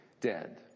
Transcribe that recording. dead